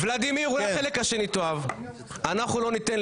אולי את החלק השני --- לא, אני בעד.